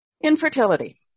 Infertility